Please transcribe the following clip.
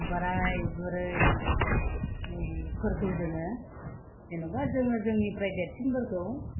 बोराय बुरैफोरखौ जोङो जेन'बा जोङो जोंनिफ्राय देरसिनफोरखौ